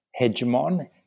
hegemon